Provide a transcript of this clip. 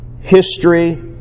history